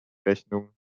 rechnung